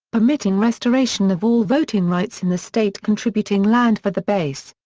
permitting restoration of all voting rights in the state contributing land for the base.